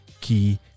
key